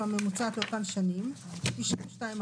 יחשבו